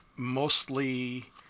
mostly